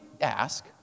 ask